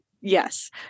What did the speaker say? yes